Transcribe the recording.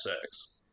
sex